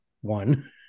one